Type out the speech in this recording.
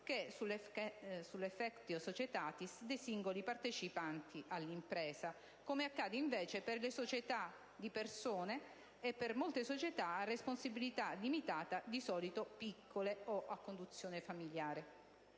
che sull'*affectio societatis* dei singoli partecipanti all'impresa, come accade invece per le società di persone e per molte società a responsabilità limitata, di solito piccole e a conduzione familiare.